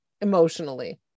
emotionally